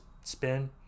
spin